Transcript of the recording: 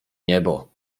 niebo